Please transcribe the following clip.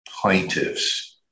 plaintiffs